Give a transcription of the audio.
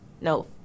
no